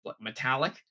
metallic